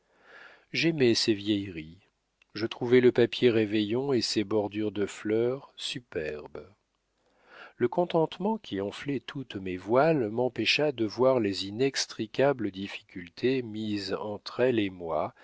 j'aimai ces vieilleries je trouvai le papier réveillon et ses bordures de fleurs superbes le contentement qui enflait toutes mes voiles m'empêcha de voir les inextricables difficultés mises entre elle et moi